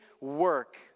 work